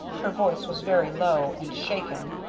her voice was very low and shaken,